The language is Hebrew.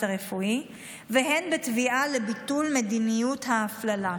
הרפואי והן בתביעה לביטול מדיניות ההפללה.